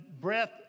breath